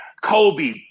Kobe